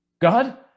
God